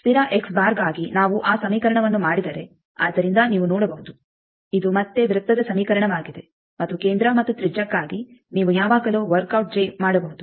ಸ್ಥಿರ ಗಾಗಿ ನಾವು ಆ ಸಮೀಕರಣವನ್ನು ಮಾಡಿದರೆ ಆದ್ದರಿಂದ ನೀವು ನೋಡಬಹುದು ಇದು ಮತ್ತೆ ವೃತ್ತದ ಸಮೀಕರಣವಾಗಿದೆ ಮತ್ತು ಕೇಂದ್ರ ಮತ್ತು ತ್ರಿಜ್ಯಕ್ಕಾಗಿ ನೀವು ಯಾವಾಗಲೂ ವರ್ಕ್ ಔಟ್ ಜೆ ಮಾಡಬಹುದು